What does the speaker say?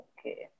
Okay